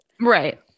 Right